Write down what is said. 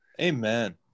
Amen